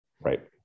right